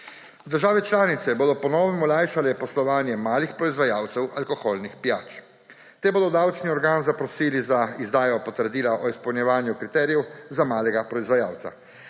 Države članice bodo po novem olajšale poslovanje malih proizvajalcev alkoholnih pijač. Ti bodo davčni organ zaprosili za izdajo potrdila o izpolnjevanju kriterijev za malega proizvajalca.